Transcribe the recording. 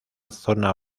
zona